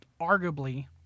arguably